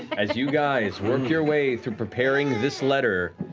as you guys work your way through preparing this letter,